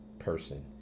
person